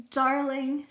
darling